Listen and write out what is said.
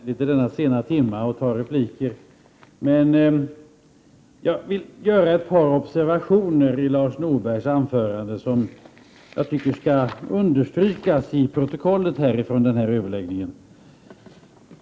Herr talman! Jag kan förstå att det i denna sena timme anses oanständigt att gå upp i replik, men jag vill göra ett par observationer i Lars Norbergs anförande som jag tycker skall understrykas i protokollet från den här överläggningen.